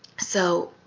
so